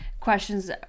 questions